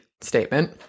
statement